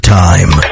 time